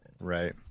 right